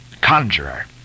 conjurer